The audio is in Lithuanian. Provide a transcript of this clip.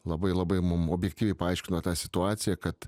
labai labai mum objektyviai paaiškino tą situaciją kad